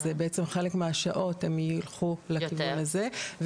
אז בעצם חלק מהשעות הן יילכו לכיוון הזה.